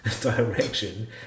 direction